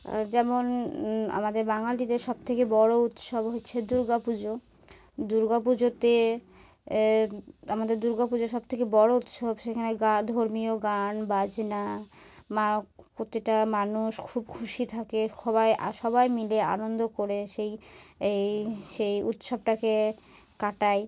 যেমন আমাদের বাঙালিদের সবথ বড়ো উৎসব হচ্ছে দুর্গা পুজো দুর্গা পুজোতে আমাদের দুর্গাপুজো সব থেকে বড়ো উৎসব সেখানে গা ধর্মীয় গান বাজনা মা প্রতিটা মানুষ খুব খুশি থাকে সবাই সবাই মিলে আনন্দ করে সেই এই সেই উৎসবটাকে কাটায়